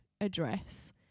address